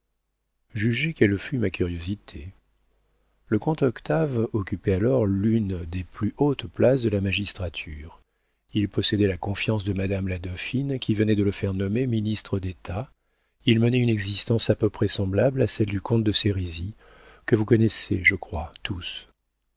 jugez quelle fut ma curiosité le comte octave occupait alors l'une des plus hautes places de la magistrature il possédait la confiance de madame la dauphine qui venait de le faire nommer ministre détat il menait une existence à peu près semblable à celle du comte de sérizy que vous connaissez je crois tous